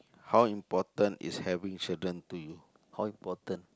how important is having children to you how important